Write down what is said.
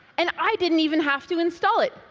and i didn't even have to install it.